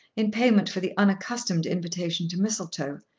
in payment for the unaccustomed invitation to mistletoe,